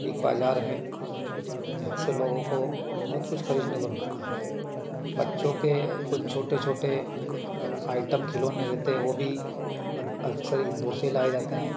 big Bazaar हैं जहाँ से लोगों को बहुत कुछ खरीदने को मिलता है बच्चों के कुछ छोटे छोटे आइटम खिलौने रहते हैं वह भी अक्सर इंदौर से लाए जाते हैं